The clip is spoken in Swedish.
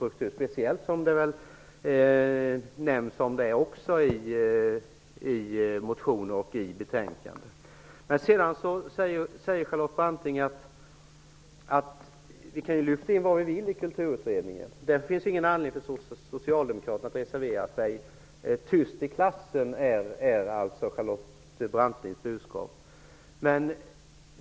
Det gäller alltså framför allt det som sägs i både motioner och betänkande. Vidare säger Charlotte Branting att vi nog kan lyfta in vad vi vill i Kulturutredningen. Därför finns det inte någon anledning för Socialdemokraterna att reservera sig. Det skall vara tyst i klassen -- det är Charlotte Brantings budskap.